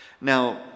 Now